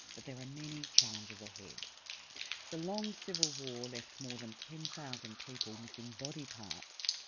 but there are many challenges ahead. the long civil war left more than ten thousand people missing body parts,